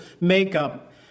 makeup